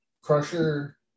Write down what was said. Crusher